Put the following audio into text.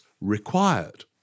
required